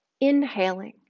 inhaling